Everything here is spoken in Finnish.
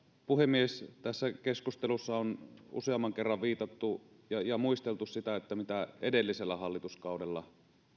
puhemies tässä keskustelussa on useamman kerran viitattu ja ja muisteltu sitä mitä edellisellä hallituskaudella